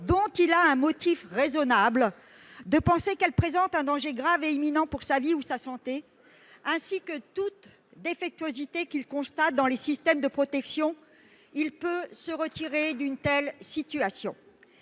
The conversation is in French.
dont il a un motif raisonnable de penser qu'elle présente un danger grave et imminent pour sa vie ou sa santé ainsi que de toute défectuosité qu'il constate dans les systèmes de protection. Il peut se retirer d'une telle situation.